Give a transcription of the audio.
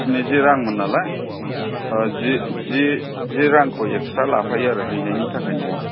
स्निजि रांमोन नालाय जि रांखौ एक्सट्रा लाफायो आरो हैनायनि थाखाय न'आव